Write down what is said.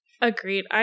Agreed